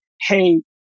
hey